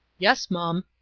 yes, mum.